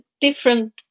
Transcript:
different